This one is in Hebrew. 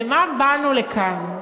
למה באנו לכאן.